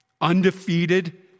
undefeated